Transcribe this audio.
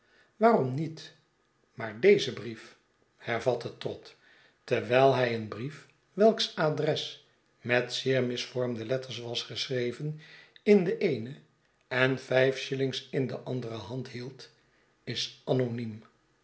waarom niet maar deze brief hervatte trott terwijl hij een brief weiks adres met zeer misvormde letters was geschreven in de eene en vijf shillings in de andere hand hield is anoniem